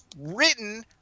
written